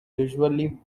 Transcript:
usually